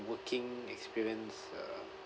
working experience uh